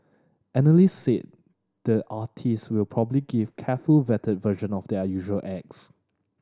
analysts say the artist will probably give carefully vetted version of their usual acts